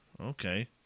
Okay